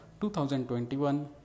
2021